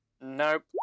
Nope